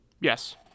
yes